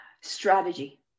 Strategy